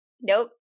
Nope